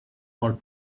more